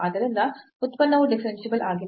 ಆದ್ದರಿಂದ ಉತ್ಪನ್ನವು ಡಿಫರೆನ್ಸಿಬಲ್ ಆಗಿಲ್ಲ